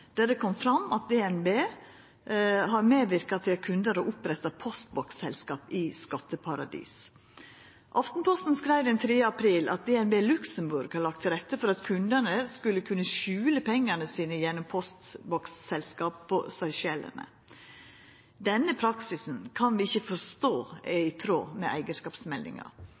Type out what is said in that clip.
der det kom fram at DNB har medverka til at kundar har oppretta postboksselskap i skatteparadis. Aftenposten skreiv den 3. april at DNB Luxembourg hadde lagt til rette for at kundane skulle kunna skjula pengane sine gjennom postboksselskap på Seychellene. Denne praksisen kan vi ikkje forstå er i tråd med